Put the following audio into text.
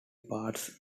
parts